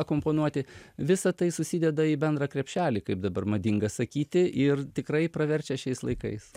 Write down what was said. akompanuoti visa tai susideda į bendrą krepšelį kaip dabar madinga sakyti ir tikrai praverčia šiais laikais